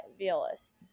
Violist